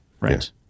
Right